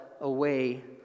away